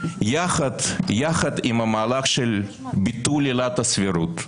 יחד עם המהלך של ביטול עילת הסבירות,